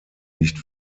nicht